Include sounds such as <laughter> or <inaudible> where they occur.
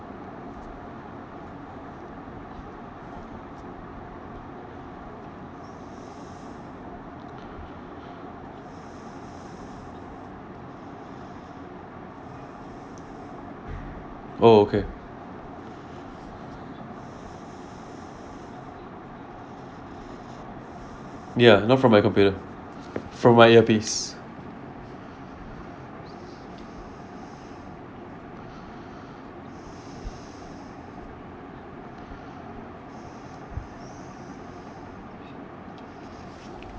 <breath> oh okay ya not from my computer from my earpiece